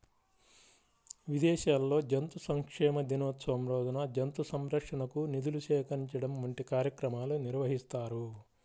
విదేశాల్లో జంతు సంక్షేమ దినోత్సవం రోజున జంతు సంరక్షణకు నిధులు సేకరించడం వంటి కార్యక్రమాలు నిర్వహిస్తారు